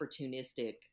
opportunistic